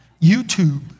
YouTube